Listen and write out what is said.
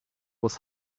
was